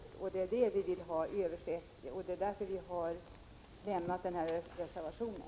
Det är den fråga som vi vill ha översedd. Det är därför vi har avgivit reservationen.